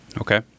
Okay